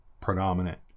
predominant